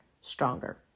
stronger